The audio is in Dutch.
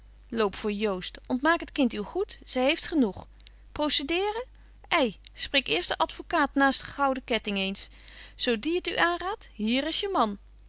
loop voor joost ontmaak het kind uw goed zy heeft genoeg procedeeren ei spreek eerst den advocaat naast'den gouden ketbetje wolff en aagje deken historie van mejuffrouw sara burgerhart ting eens zo die het u aanraadt hier is je man